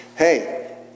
hey